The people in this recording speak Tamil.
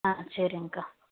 ஆ சரிங்கக்கா